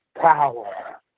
power